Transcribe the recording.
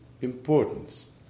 importance